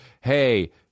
hey